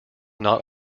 not